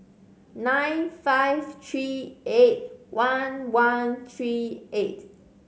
nine five three eight one one three eight